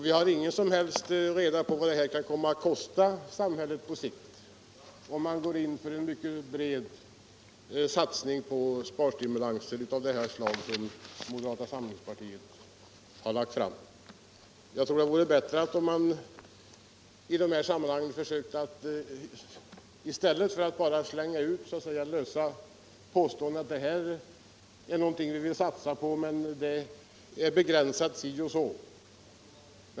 Vi har inga som helst uppgifter om vad det kan komma att kosta samhället på sikt, om man går in för en mycket bred satsning på sparstimulanser av det slag som moderata samlingspartiet har föreslagit. Jag tror det vore bättre om man i dessa sammanhang inte bara slängde ut lösa påståenden och sade att detta är någonting som man vill satsa på, men det är begränsat si och så.